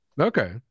Okay